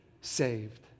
saved